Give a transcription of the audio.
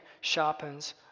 sharpens